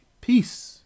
Peace